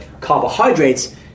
Carbohydrates